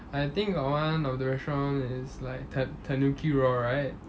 I think got one of the restaurant is like ta~ Tanuki Raw right